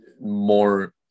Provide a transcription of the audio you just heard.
more